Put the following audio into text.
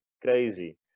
Crazy